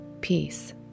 Peace